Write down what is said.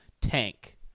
tank